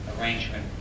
arrangement